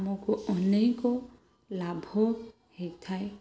ଆମକୁ ଅନେକ ଲାଭ ହେଇଥାଏ